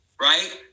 Right